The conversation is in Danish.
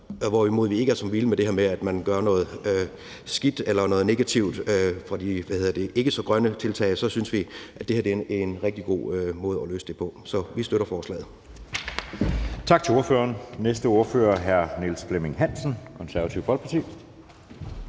hvorimod vi ikke er så vilde med det her med, at man gør noget skidt eller noget negativt i forbindelse med de ikke så grønne tiltag. Vi synes, at det her er en rigtig god måde at løse det på, så vi støtter forslaget.